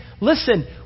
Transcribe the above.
listen